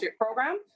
program